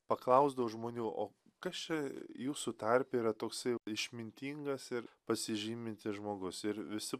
paklausdavo žmonių o kas čia jūsų tarpe yra toksai išmintingas ir pasižymintis žmogus ir visi